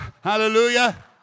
Hallelujah